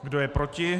Kdo je proti?